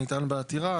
נטען בעתירה,